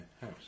house